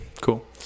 Cool